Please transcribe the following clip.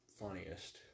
funniest